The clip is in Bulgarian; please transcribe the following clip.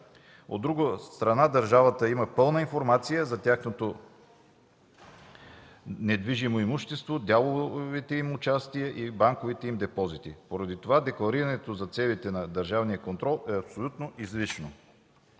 От друга страна, държавата има пълна информация за тяхното недвижимо имущество, дяловите им участия и банковите им депозити. Поради това декларирането за целите на държавния контрол е абсолютно излишно.